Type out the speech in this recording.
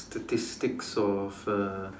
statistics of uh